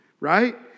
right